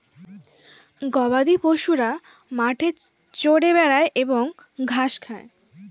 গবাদিপশুরা মাঠে চরে বেড়ায় এবং ঘাস খায়